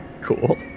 cool